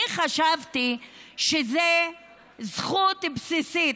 אני חשבתי שזו זכות בסיסית.